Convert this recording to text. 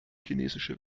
chinesische